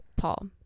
Paul